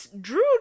Drew